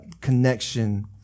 connection